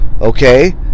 Okay